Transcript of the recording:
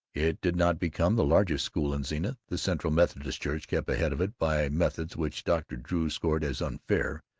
it did not become the largest school in zenith the central methodist church kept ahead of it by methods which dr. drew scored as unfair,